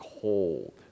cold